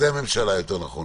חוזר עוד פעם